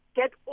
get